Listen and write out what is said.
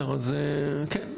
כן.